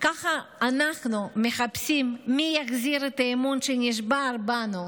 ככה אנחנו מחפשים מי יחזיר את האמון שנשבר בנו